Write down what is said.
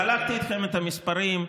חלקתי איתכם את המספרים.